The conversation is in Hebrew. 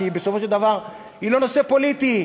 כי בסופו של דבר היא לא נושא פוליטי,